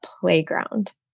playground